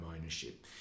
ownership